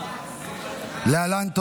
להעביר את